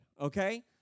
okay